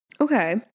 Okay